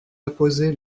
apposé